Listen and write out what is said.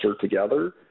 together